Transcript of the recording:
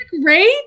Great